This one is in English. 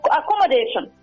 accommodation